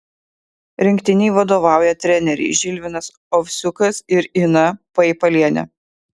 rinktinei vadovauja treneriai žilvinas ovsiukas ir ina paipalienė